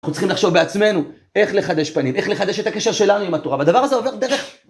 אנחנו צריכים לחשוב בעצמנו איך לחדש פנים, איך לחדש את הקשר שלנו עם התורה, והדבר הזה עובר דרך...